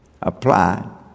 apply